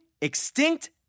Extinct